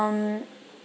um